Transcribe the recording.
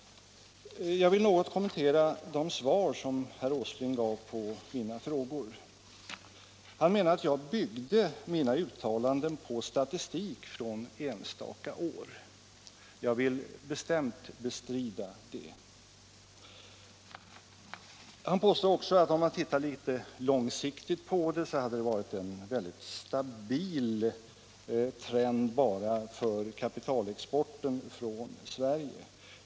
Jag vill något kommentera de svar som herr Åsling gav på mina frågor. Han menar att jag byggde mina uttalanden på statistik från enstaka år. Jag vill bestämt bestrida det. Han påstår också att om man ser litet långsiktigt, finner man att det har varit en mycket stabil trend bara för kapitalexporten från Sverige.